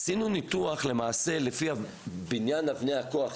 עשינו ניתוח למעשה לפי בניין אבני הכוח,